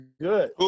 good